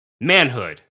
Manhood